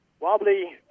Wobbly